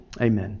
Amen